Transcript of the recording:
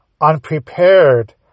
unprepared